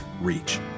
reach